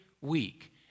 week